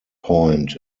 point